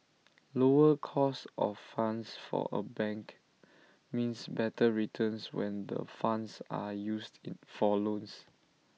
lower cost of funds for A bank means better returns when the funds are used for loans